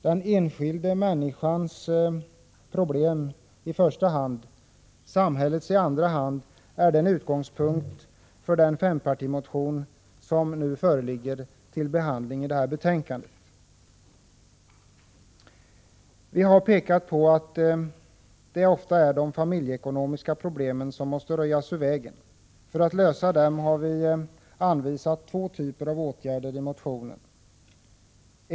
Den enskilda människans problem i första hand, samhällets i andra hand — det är utgångspunkten för den fempartimotion som behandlas i det nu aktuella betänkandet. Vi motionärer har pekat på att det ofta är de familjeekonomiska problemen som måste röjas ur vägen. För att lösa dem har vi anvisat två typer av åtgärder.